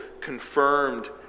confirmed